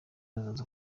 aza